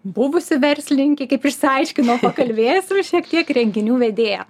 buvusi verslininkė kaip išsiaiškino pakalbėsim šiek tiek renginių vedėja